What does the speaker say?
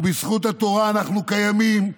ובזכות התורה אנחנו קיימים,